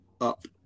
up